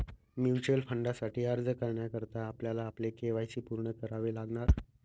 mutual फंडासाठी अर्ज करण्याकरता आपल्याला आपले के.वाय.सी पूर्ण करावे लागणार